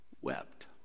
wept